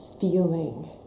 feeling